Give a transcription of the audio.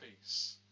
peace